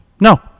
No